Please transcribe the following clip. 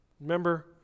Remember